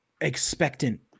expectant